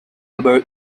never